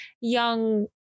Young